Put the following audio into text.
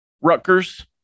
Rutgers